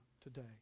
today